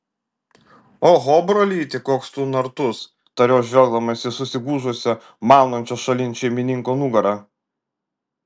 oho brolyti koks tu nartus tariau žvelgdamas į susigūžusią maunančio šalin šeimininko nugarą